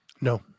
No